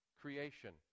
creation